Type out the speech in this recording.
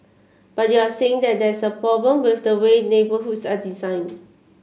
but you're saying that there is a problem with the way neighbourhoods are designed